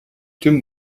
tüm